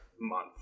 month